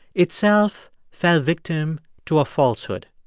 itself fell victim to falsehood.